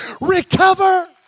recover